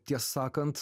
tiesa sakant